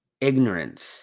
ignorance